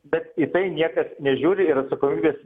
bet į tai niekas nežiūri ir atsakomybės